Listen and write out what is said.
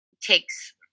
takes